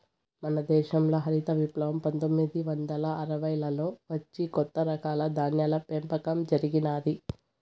మన దేశంల హరిత విప్లవం పందొమ్మిది వందల అరవైలలో వచ్చి కొత్త రకాల ధాన్యాల పెంపకం జరిగినాది